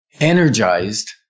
energized